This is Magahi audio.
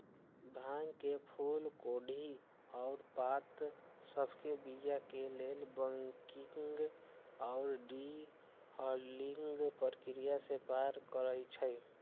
भांग के फूल कोढ़ी आऽ पात सभके बीया के लेल बंकिंग आऽ डी हलिंग प्रक्रिया से पार करइ छै